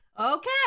Okay